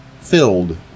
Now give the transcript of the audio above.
filled